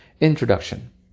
INTRODUCTION